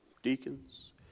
deacons